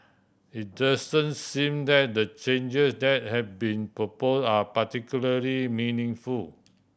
it doesn't seem that the change that have been propose are particularly meaningful